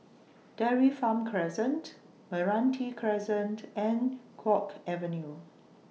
Dairy Farm Crescent Meranti Crescent and Guok Avenue